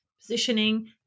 positioning